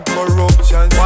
Corruption